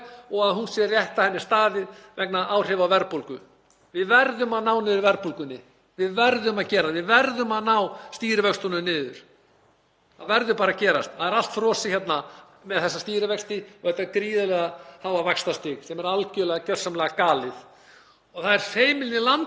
Það verður bara að gerast. Það er allt frosið hérna með þessa stýrivexti og þetta gríðarlega háa vaxtastig sem er algerlega gjörsamlega galið. Og það eru heimilin í landinu sem eru að borga hundruð þúsunda, við getum kallað það skatt, vegna verðbólgunnar og þessara fáránlega háu stýrivaxta.